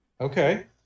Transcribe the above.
Okay